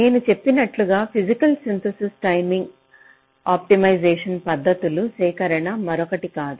నేను చెప్పినట్లుగా physical synthesis timing optimisation పద్ధతుల సేకరణ మరొకటి కాదు